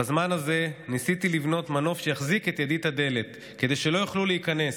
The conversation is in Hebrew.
בזמן הזה ניסיתי לבנות מנוף שיחזיק את ידית הדלת כדי שלא יוכלו להיכנס.